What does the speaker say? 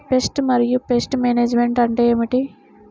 Pest మరియు pest management అంటే ఏమిటి?